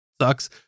sucks